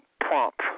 prompt